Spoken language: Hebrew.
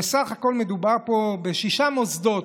ופה בסך הכול מדובר בשישה מוסדות,